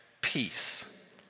peace